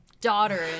daughter